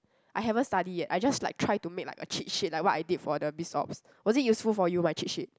I haven't study yet I just like try to make like a cheat sheet like what I did for the biz ops was it useful for you my cheat sheet